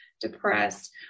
depressed